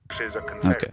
Okay